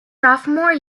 sophomore